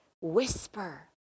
whisper